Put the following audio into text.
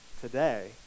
today